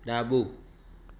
ડાબું